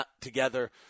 together